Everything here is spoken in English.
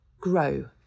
grow